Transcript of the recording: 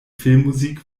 filmmusik